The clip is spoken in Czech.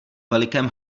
velikém